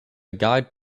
guide